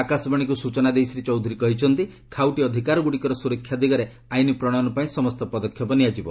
ଆକାଶବାଣୀକୁ ସୂଚନା ଦେଇ ଶ୍ରୀ ଚୌଧୁରୀ କହିଛନ୍ତି ଖାଉଟି ଅଧିକାରଗୁଡ଼ିକର ସୁରକ୍ଷା ଦିଗରେ ଆଇନ ପ୍ରଣୟନ ପାଇଁ ସମସ୍ତ ପଦକ୍ଷେପ ନିଆଯିବ